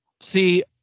See